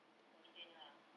in between lah